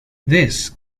this